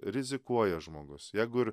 rizikuoja žmogus jeigu ir